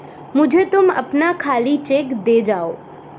मुझे तुम अपना खाली चेक दे जाओ